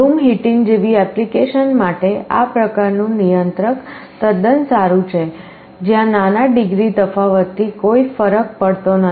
room heating જેવી application માટે આ પ્રકારનું નિયંત્રક તદ્દન સારું છે જ્યાં નાના ડિગ્રી તફાવતથી કોઈ ફરક પડતો નથી